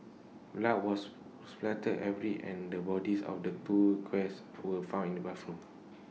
blood was spattered every and the bodies of the two guests were found in the bathroom